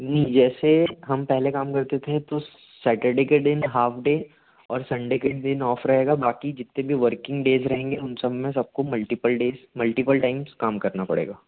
जैसे हम पहले काम करते थे तो सैटरडे के दिन हॉफ डे और संडे के दिन ऑफ रहेगा बाकी जितने भी वर्किंग डेज रहेंगे उन सब में सबको मल्टीपल डेज मल्टीपल टाइम्स में काम करना पड़ेगा